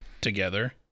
together